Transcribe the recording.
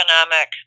economic